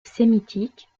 sémitique